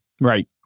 Right